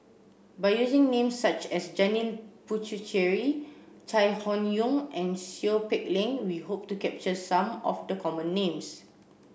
by using names such as Janil Puthucheary Chai Hon Yoong and Seow Peck Leng we hope to capture some of the common names